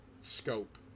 scope